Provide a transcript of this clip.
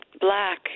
Black